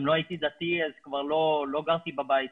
גם לא הייתי דתי אז כבר לא גרתי בבית,